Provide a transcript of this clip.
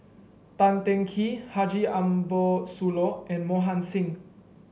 Tan Teng Kee Haji Ambo Sooloh and Mohan Singh